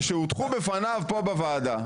-- שהוטחו בפניו פה בוועדה.